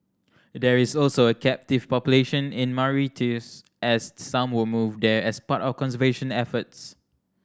there is also a captive population in Mauritius as some were moved there as part of conservation efforts